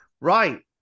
Right